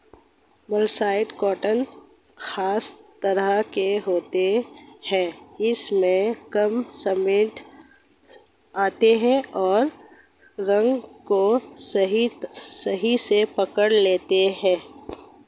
mercerised cotton खास तरह का होता है इसमें कम सलवटें आती हैं और रंग को सही से पकड़ लेता है